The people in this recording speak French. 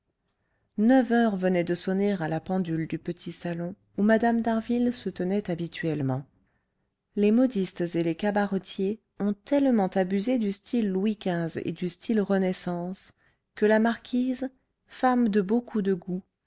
neuf heures venaient de sonner à la pendule du petit salon où mme d'harville se tenait habituellement les modistes et les cabaretiers ont tellement abusé du style louis xv et du style renaissance que la marquise femme de beaucoup de goût